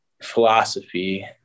philosophy